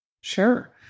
Sure